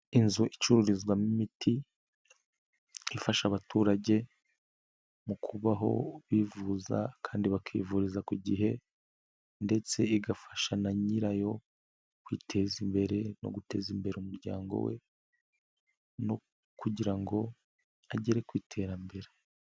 Inzu icururizwamo imiti ifasha abaturage mu kubaho bivuza kandi bakivuriza ku gihe ndetse igafasha na nyirayo kwiteza imbere no guteza imbere umuryango we no kugira ngo agere ku iterambere.